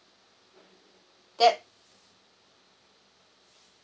that